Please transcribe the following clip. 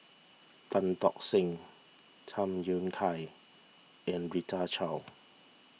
Tan Tock Seng Tham Yui Kai and Rita Chao